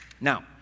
Now